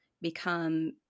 become